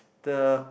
the